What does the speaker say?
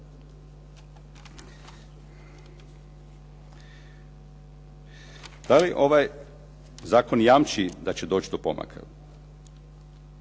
Da li ovaj zakon jamči da će doći do pomaka?